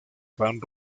pan